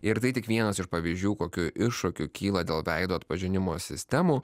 ir tai tik vienas iš pavyzdžių kokių iššūkių kyla dėl veido atpažinimo sistemų